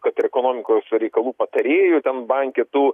kad ekonomikos reikalų patarėju banke tu